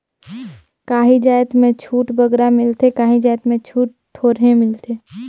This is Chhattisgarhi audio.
काहीं जाएत में छूट बगरा मिलथे काहीं जाएत में छूट थोरहें मिलथे